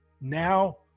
now